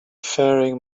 faring